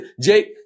Jake